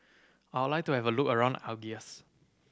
I would like to have a look around Algiers